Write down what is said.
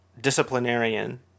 disciplinarian